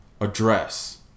address